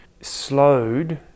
slowed